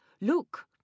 look